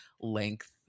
length